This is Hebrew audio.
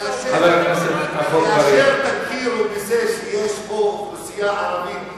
כאשר תכירו בזה שיש פה אוכלוסייה ערבית,